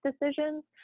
decisions